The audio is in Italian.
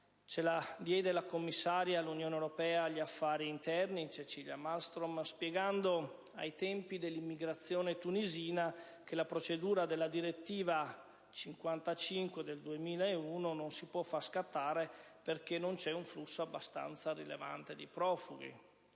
la commissaria dell'Unione europea agli affari interni, Cecilia Malmstrom, spiegando, ai tempi dell'immigrazione tunisina, che la procedura della direttiva n. 55 del 2001 non si può far scattare perché non c'è un flusso abbastanza rilevante di profughi.